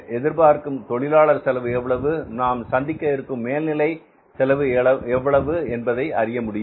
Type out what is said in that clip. எதிர்பார்க்கும் தொழிலாளர் செலவு எவ்வளவு நாம் சந்திக்க இருக்கும் மேல் நிலை செலவு எவ்வளவு என்பதை அறிய முடியும்